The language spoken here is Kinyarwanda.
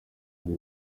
ngo